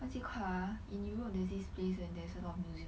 what is it called ah in europe there's this space that there's a lot of museum